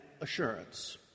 assurance